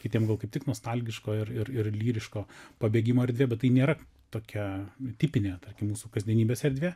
kitiem gal kaip tik nostalgiško ir ir ir lyriško pabėgimo erdvė bet tai nėra tokia tipinė tarkim mūsų kasdienybės erdvė